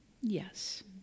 yes